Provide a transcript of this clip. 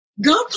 go